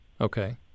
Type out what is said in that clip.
Okay